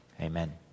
amen